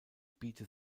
biete